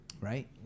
Right